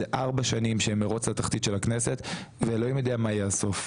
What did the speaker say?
זה ארבע שנים שהן מרוץ לתחתית של הכנסת ואלוהים יודע מה יהיה הסוף.